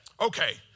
okay